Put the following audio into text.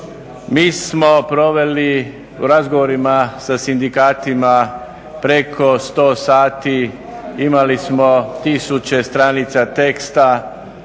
Mi smo proveli u razgovorima sa sindikatima preko 100 sati, imali smo tisuće stranica teksta